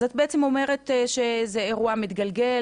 אז את בעצם אומרת שזה אירוע מתגלגל,